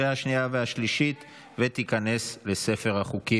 11 בעד, אין מתנגדים, אין נמנעים.